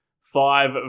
Five